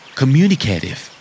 communicative